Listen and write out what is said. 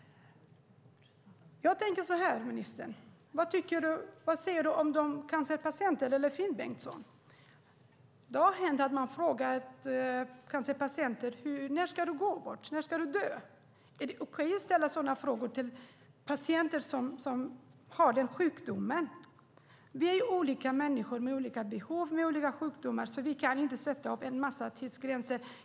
Jag tänkte så här, ministern och Finn Bengtsson: Vad säger ni om cancerpatienterna? Det har hänt att man har frågat cancerpatienter: När ska du gå bort? När ska du dö? Är det okej att ställa sådana frågor till patienter som har den sjukdomen? Vi är olika människor med olika behov, och vi har olika sjukdomar, så man kan inte sätta upp en massa tidsgränser.